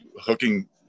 hooking